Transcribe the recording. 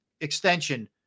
extension